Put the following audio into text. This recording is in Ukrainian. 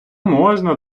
можна